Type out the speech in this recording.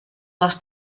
les